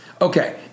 Okay